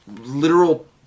literal